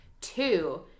Two